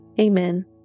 Amen